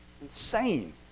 Insane